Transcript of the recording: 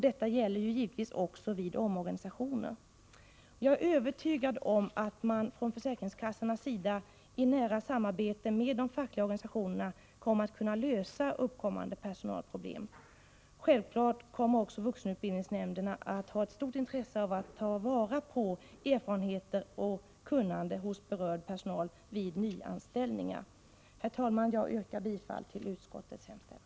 Detta gäller givetvis också vid omorganisationer. Jag är övertygad om att försäkringskassorna i nära samarbete med de fackliga organisationerna kommer att kunna lösa uppkommande personalproblem. Självklart kommer också vuxenutbildningsnämnderna att ha ett stort intresse av att ta vara på erfarenheter och kunnande hos berörd personal vid nyanställningar. Herr talman! Jag yrkar bifall till utskottets hemställan.